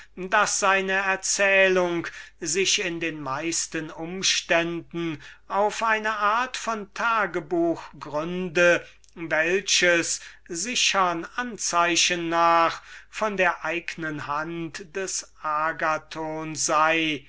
daß seine erzählung sich in den meisten umständen auf eine art von tagebuch gründe welches sichern anzeigen nach von der eignen hand des agathon